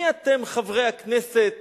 מי אתם חברי הכנסת